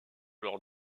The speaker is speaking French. lors